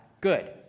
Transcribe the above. good